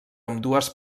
ambdues